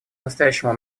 настоящему